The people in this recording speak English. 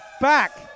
back